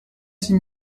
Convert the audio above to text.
six